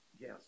Yes